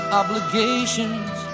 obligations